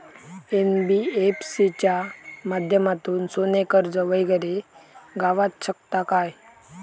NBFC च्या माध्यमातून सोने कर्ज वगैरे गावात शकता काय?